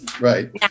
Right